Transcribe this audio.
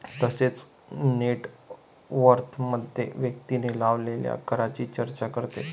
तसेच नेट वर्थमध्ये व्यक्तीने लावलेल्या करांची चर्चा करते